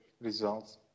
results